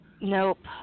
Nope